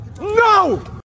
No